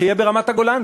יהיה ברמת-הגולן,